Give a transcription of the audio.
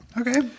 okay